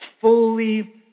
fully